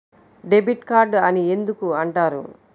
Debit card అని ఎందుకు అంటారు?